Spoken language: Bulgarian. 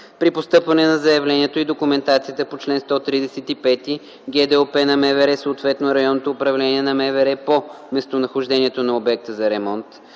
При постъпване на заявлението и документацията по чл. 135 ГДОП на МВР, съответно РУ на МВР по местонахождението на обекта за ремонт,